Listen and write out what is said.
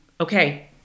okay